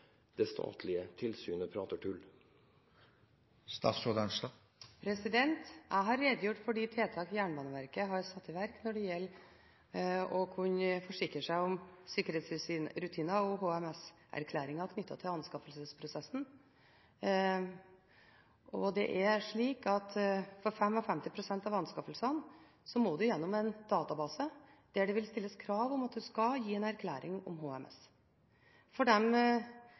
statlige tilsynet prater tull? Jeg har redegjort for de tiltakene Jernbaneverket har satt i verk når det gjelder å forsikre seg om sikkerhetsrutiner og HMS-erklæringer knyttet til anskaffelsesprosessen. Det er slik at 55 pst. av anskaffelsene må gjennom en database der det vil stilles krav om at man skal gi en erklæring om HMS. For